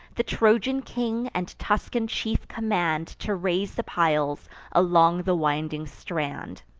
the trojan king and tuscan chief command to raise the piles along the winding strand.